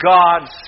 God